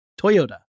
Toyota